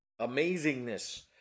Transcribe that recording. amazingness